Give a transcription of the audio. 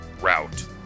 route